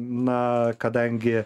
na kadangi